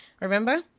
Remember